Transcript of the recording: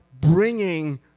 bringing